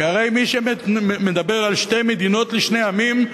כי הרי מי שמדבר על שתי מדינות לשני עמים,